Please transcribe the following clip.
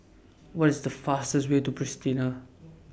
What IS The fastest Way to Pristina